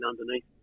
underneath